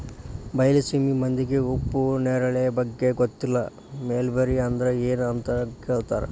ಬೈಲಸೇಮಿ ಮಂದಿಗೆ ಉಪ್ಪು ನೇರಳೆ ಬಗ್ಗೆ ಗೊತ್ತಿಲ್ಲ ಮಲ್ಬೆರಿ ಅಂದ್ರ ಎನ್ ಅಂತ ಕೇಳತಾರ